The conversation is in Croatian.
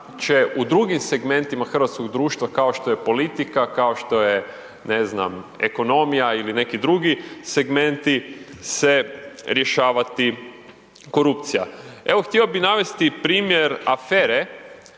će u drugim segmentima hrvatskog društva kao što je politika, kao što je, ne znam, ekonomija ili neki drugi segmenti se rješavati korupcija. Evo, htio bih navesti primjer afere